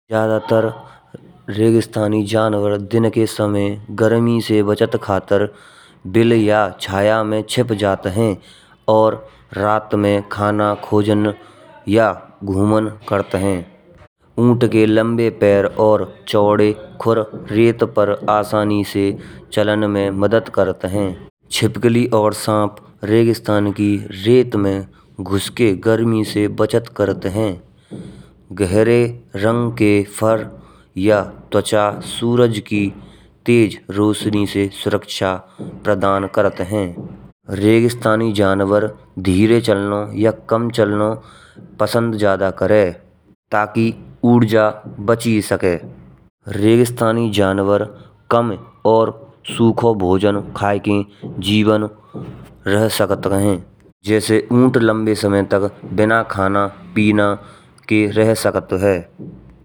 ज्यादातर रेगिस्तान जानवर दिन के समय गर्मी से बचत खातिर बिल यह छाया में छिप जाते हैं। और रात में खाना खोज या घुमान करते हैं। ऊंट के लंबे पैर और चौड़े खुर रेत पर आसानी से चलन में मदद करते हैं। छिपकली और साँप रेगिस्तान के रेत में घुस के गर्मी से बचत करते हैं। गहरे रंग के फर वे त्वचा सूरज की तेज रोशनी से सुरक्षा प्रदान करते हैं। रेगिस्तानी जानवर धीरे चलना या काम चलानों पसंद ज्यादा करें। ताकि ऊर्जा बच सके रेगिस्तानी जानवर कम और सूखे भजन खाके जीवित रह सकेत हैं। जैसे ऊंट लंबे समय तक बिना खाना पीना के रह सकत है।